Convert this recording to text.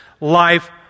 life